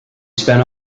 spent